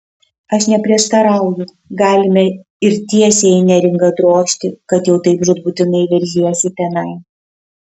aš neprieštarauju galime ir tiesiai į neringą drožti kad jau taip žūtbūtinai veržiesi tenai